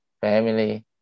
family